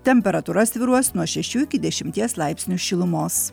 temperatūra svyruos nuo šešių iki dešimties laipsnių šilumos